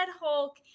Hulk